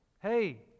Hey